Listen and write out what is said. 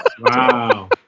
wow